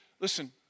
Listen